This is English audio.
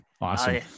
Awesome